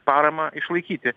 paramą išlaikyti